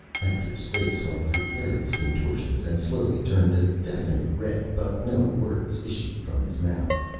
hector's face went through various contortions and slowly turned a definite red, but no words issued from his mouth.